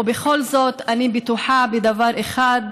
ובכל זאת אני בטוחה בדבר אחד: